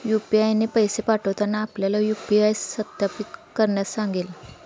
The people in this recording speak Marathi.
यू.पी.आय ने पैसे पाठवताना आपल्याला यू.पी.आय सत्यापित करण्यास सांगेल